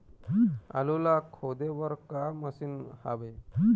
आलू ला खोदे बर का मशीन हावे?